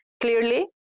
clearly